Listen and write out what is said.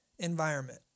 environment